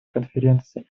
конференции